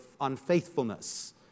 unfaithfulness